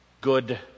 good